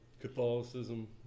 Catholicism